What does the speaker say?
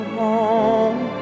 home